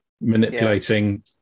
manipulating